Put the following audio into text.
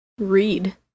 Read